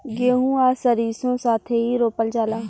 गेंहू आ सरीसों साथेही रोपल जाला